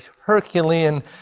Herculean